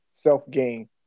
self-gain